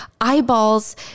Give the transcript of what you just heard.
eyeballs